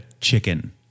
chicken